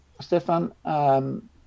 Stefan